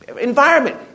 environment